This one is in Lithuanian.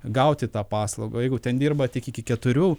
gauti tą paslaugą jeigu ten dirba tik iki keturių